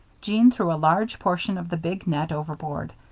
jeanne threw a large portion of the big net overboard,